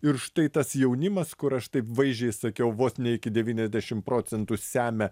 ir štai tas jaunimas kur aš taip vaizdžiai sakiau vos ne iki devyniasdešim procentų semia